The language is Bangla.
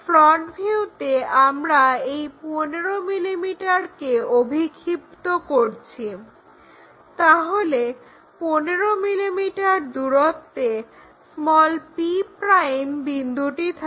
ফ্রন্ট ভিউতে আমরা এই 15 mm কে অভিক্ষিপ্ত করছি যাতে 15 mm দূরত্বে p' বিন্দুটি থাকে